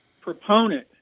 proponent